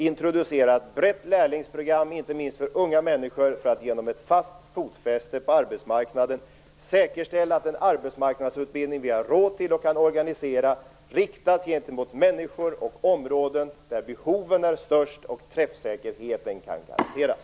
Introducera ett brett lärlingsprogram, inte minst för unga människor, för att ge dem ett fast fotfäste på arbetsmarknaden. Säkerställ att den arbetsmarknadsutbildning som vi har råd med och kan organisera riktas gentemot människor och områden där behoven är störst och träffsäkerheten kan garanteras.